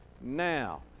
now